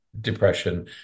depression